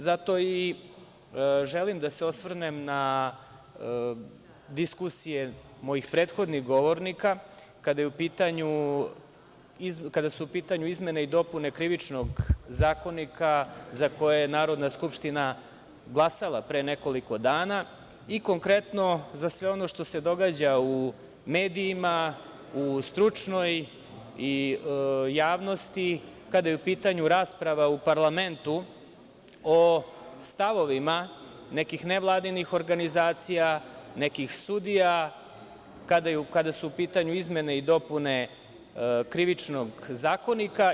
Zato i želim da se osvrnem na diskusije mojih prethodnih govornika kada su u pitanju izmene i dopune Krivičnog zakonika, za koje je Narodna skupština glasala pre nekoliko dana i konkretno za sve ono što se događa u medijima, u stručnoj javnosti, kada je u pitanju rasprava u parlamentu o stavovima nekih nevladinih organizacija, nekih sudija, kada su u pitanju izmene i dopune Krivičnog zakonika.